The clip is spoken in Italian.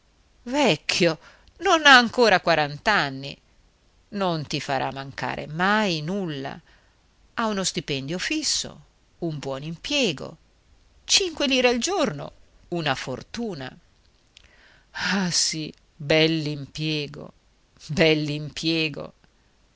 vecchio non ha ancora quarant'anni non ti farà mancare mai nulla ha uno stipendio fisso un buon impiego cinque lire al giorno una fortuna ah sì bell'impiego bell'impiego